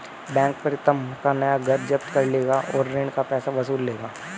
bank Pritam का नया घर जब्त कर लेगा और ऋण का पैसा वसूल लेगा